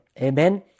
Amen